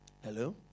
Hello